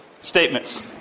statements